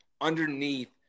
underneath